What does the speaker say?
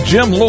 Jim